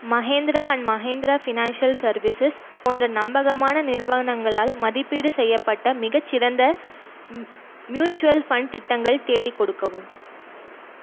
Mahindra and Mahindra financial services போன்ற நம்பகமான நிறுவனங்களால் மதிப்பீடு செய்யப்பட்ட மிகச்சிறந்த மியூச்சுவல் ஃபண்ட் திட்டங்கள் தேடிக் கொடுக்கவும்